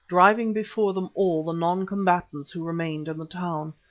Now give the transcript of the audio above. driving before them all the non-combatants who remained in the town.